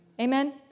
Amen